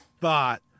thought